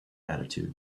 attitude